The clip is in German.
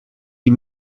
die